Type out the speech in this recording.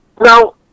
Now